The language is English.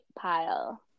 pile